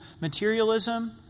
materialism